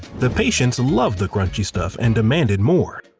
the patients loved the crunchy stuff and demanded more.